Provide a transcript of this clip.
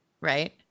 Right